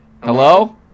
Hello